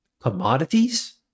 commodities